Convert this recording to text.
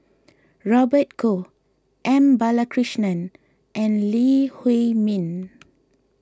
Robert Goh M Balakrishnan and Lee Huei Min